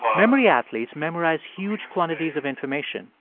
memory athletes memorize huge quantities of information,